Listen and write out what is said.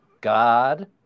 God